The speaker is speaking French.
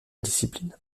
discipline